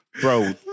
Bro